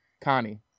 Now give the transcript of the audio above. Connie